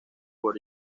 por